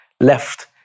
left